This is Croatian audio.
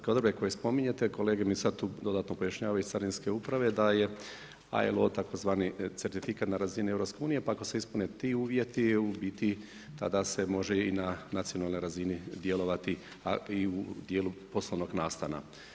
koje spominjete, kolege mi sad tu dodatno pojašnjavaju carinske uprave da je ... tzv.. certifikat na razini EU, pa ako se ispune ti uvjeti, u biti tada se može i na nacionalnoj razini djelovati i u dijelu poslovnog nastana.